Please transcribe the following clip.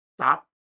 stop